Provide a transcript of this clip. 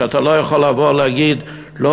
שאתה לא יכול לבוא ולהגיד: לא,